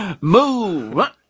Move